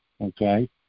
okay